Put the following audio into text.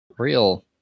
Real